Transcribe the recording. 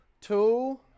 Two